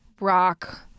rock